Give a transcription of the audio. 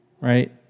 right